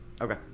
Okay